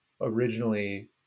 originally